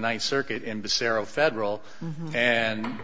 ninth circuit and basara federal and